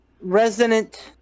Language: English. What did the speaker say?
resonant